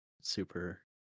super